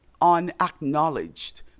unacknowledged